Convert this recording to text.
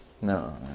No